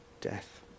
death